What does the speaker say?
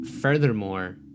Furthermore